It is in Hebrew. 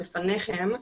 בפניכם,